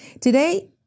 today